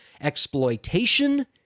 exploitation